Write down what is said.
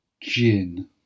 GIN